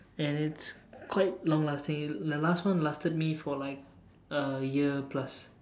and it's quite long lasting the last one lasted for like a year plus